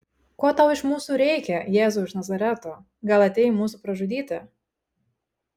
ko tau iš mūsų reikia jėzau iš nazareto gal atėjai mūsų pražudyti